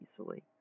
easily